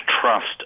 trust